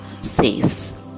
says